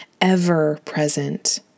ever-present